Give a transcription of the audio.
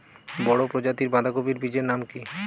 বড় প্রজাতীর বাঁধাকপির বীজের নাম কি?